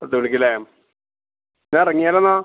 പത്ത് മണിക്കല്ലേ എന്നാൽ ഇറങ്യാലോന്നാ